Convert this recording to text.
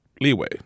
leeway